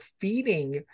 feeding